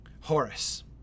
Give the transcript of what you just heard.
Horace